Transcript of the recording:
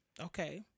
Okay